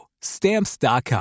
stamps.com